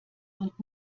und